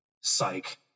Psych